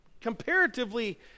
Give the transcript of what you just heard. Comparatively